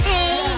Hey